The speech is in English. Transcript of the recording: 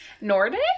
Nordic